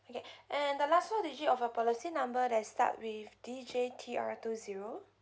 okay and the last four digit of your policy number that is start with D J T R two zero